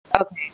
okay